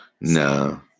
No